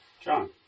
John